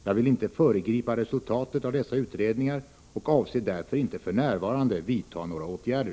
Jag vill inte föregripa resultatet av dessa utredningar och avser därför inte för närvarande vidta några åtgärder.